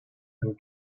and